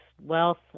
wealth